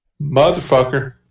Motherfucker